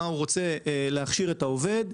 במה הוא רוצה להכשיר את העובד.